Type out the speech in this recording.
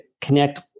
connect